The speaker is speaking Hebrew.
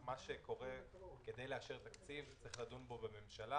מה שקורה, כדי לאשר תקציב צריך לדון בו בממשלה.